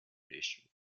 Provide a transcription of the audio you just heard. district